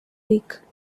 week